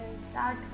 start